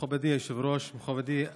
מכובדי היושב-ראש, מכובדי השר,